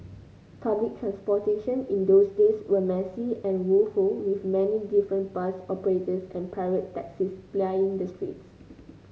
public transportation in those days was messy and woeful with many different bus operators and pirate taxis plying the streets